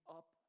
up